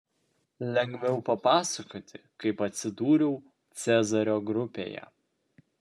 lengviau papasakoti kaip atsidūriau cezario grupėje